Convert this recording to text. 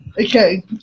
Okay